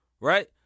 right